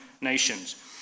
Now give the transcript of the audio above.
nations